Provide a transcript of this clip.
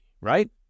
right